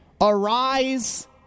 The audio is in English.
Arise